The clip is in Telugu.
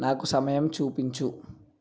నాకు సమయం చూపించు